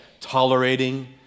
tolerating